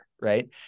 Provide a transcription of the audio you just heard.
right